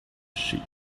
sheep